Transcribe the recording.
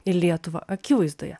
į lietuvą akivaizdoje